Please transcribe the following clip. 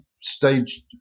staged